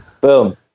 Boom